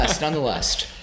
nonetheless